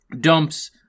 dumps